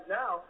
now